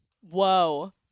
Whoa